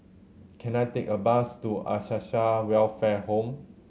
can I take a bus to Acacia Welfare Home